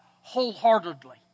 wholeheartedly